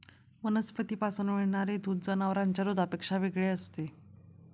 वनस्पतींपासून मिळणारे दूध जनावरांच्या दुधापेक्षा वेगळे असते